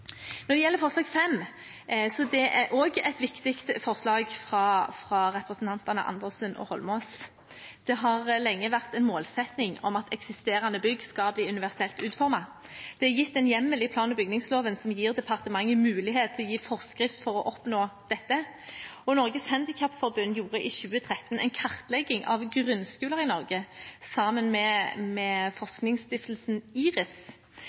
det er også et viktig forslag fra representantene Andersen og Eidsvoll Holmås – har det lenge vært en målsetting at eksisterende bygg skal bli universelt utformet. Det er gitt en hjemmel i plan- og bygningsloven som gir departementet mulighet til å gi forskrift for å oppnå dette. Norges Handikapforbund gjorde i 2013 sammen med Forskningsinstituttet IRIS en kartlegging av grunnskoler i Norge.